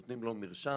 נותנים לו מרשם,